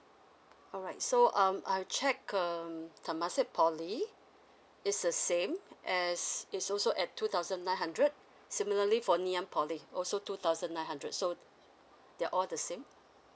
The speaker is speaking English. alright so um I'll check um temasek poly it's a same as it's also at two thousand nine hundred similarly for nanyang poly also two thousand nine hundred so they are all the same